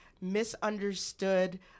misunderstood